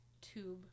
tube